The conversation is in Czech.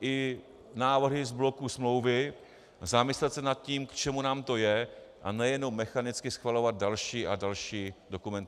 i návrhy z bloku smlouvy a zamyslet se nad tím, k čemu nám to je, a ne jenom mechanicky schvalovat další a další dokumenty.